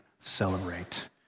celebrate